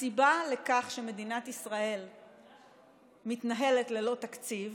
הסיבה לכך שמדינת ישראל מתנהלת ללא תקציב